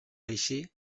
així